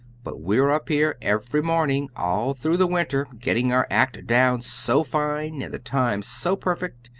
but we're up here every morning all through the winter getting our act down so fine, and the time so perfect,